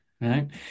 right